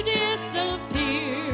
disappear